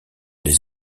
des